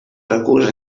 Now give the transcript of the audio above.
recurs